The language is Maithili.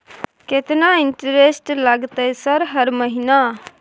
केतना इंटेरेस्ट लगतै सर हर महीना?